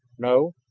no,